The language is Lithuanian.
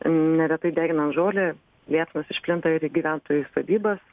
neretai deginant žolę liepsnos išplinta ir į gyventojų sodybas